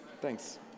thanks